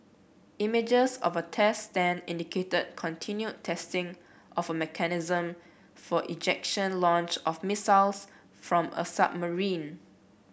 images of a test stand indicated continued testing of a mechanism for ejection launch of missiles from a submarine